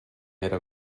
era